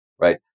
right